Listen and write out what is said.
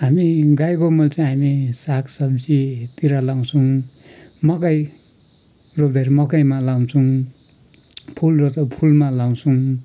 हामी गाईको मल चाहिँ हामी साग सब्जीतिर लाउँछौँ मकै रोप्दाखेरि मकैमा लाउँछौँ फुलहरू त फुलमा लाउँछौँ